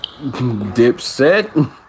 Dipset